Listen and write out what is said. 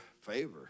Favor